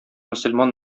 мөселман